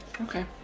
Okay